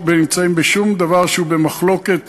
שום דבר לא נמצא במחלוקת